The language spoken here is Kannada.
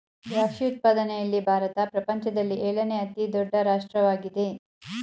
ದ್ರಾಕ್ಷಿ ಉತ್ಪಾದನೆಯಲ್ಲಿ ಭಾರತ ಪ್ರಪಂಚದಲ್ಲಿ ಏಳನೇ ಅತಿ ದೊಡ್ಡ ರಾಷ್ಟ್ರವಾಗಿದೆ